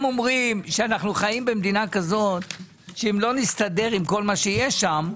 הם אומרים שאנו חיים במדינה כזו שאם לא נסתדר עם כל מה שיש שם,